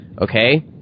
okay